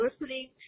listening